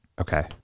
Okay